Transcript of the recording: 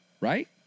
right